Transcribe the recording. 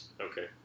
Okay